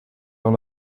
dans